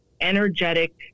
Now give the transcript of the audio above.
energetic